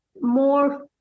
more